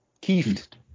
Kieft